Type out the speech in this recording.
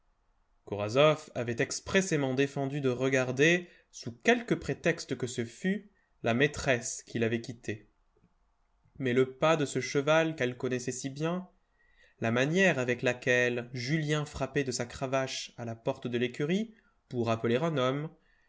korasoff avait expressément défendu de regarder sous quelque prétexte que ce fût la maîtresse qui l'avait quitté mais le pas de ce cheval qu'elle connaissait si bien la manière avec laquelle julien frappait de sa cravache à la porte de l'écurie pour appeler un homme